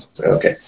okay